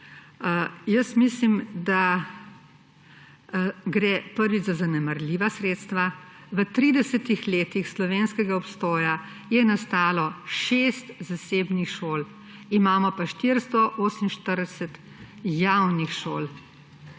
Jaz mislim, da gre, prvič, za zanemarljiva sredstva, v tridesetih letih slovenskega obstoja je nastalo 6 zasebnih šol, imamo pa 448 javnih šol.